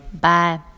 Bye